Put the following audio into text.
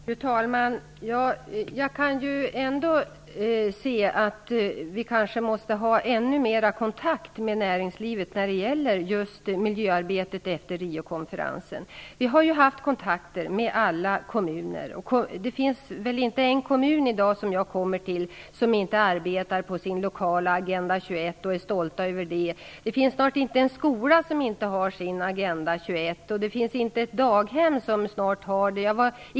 Fru talman! Jag kan se att vi måste ha mera kontakt med näringslivet i fråga om det miljöarbete som skall bedrivas efter Rio-konferensen. Vi har haft kontakter med alla kommuner. Det finns väl inte en kommun som inte arbetar på sin lokala Agenda 21. De är stolta över arbetet. Det finns snart inte en skola som inte har sin Agenda 21. Det finns inte ett daghem som inte har sin Agenda 21.